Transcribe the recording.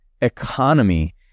economy